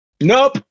nope